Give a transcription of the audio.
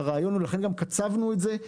זה הרעיון ולכן גם קצבנו את זה,